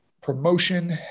promotion